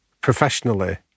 professionally